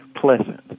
pleasant